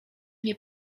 nie